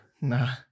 Nah